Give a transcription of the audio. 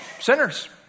sinners